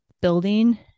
building